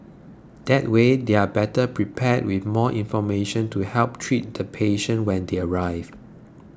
that way they are better prepared with more information to help treat the patient when they arrive